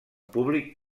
públic